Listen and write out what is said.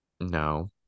No